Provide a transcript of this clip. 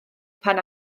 pan